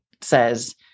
says